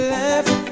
left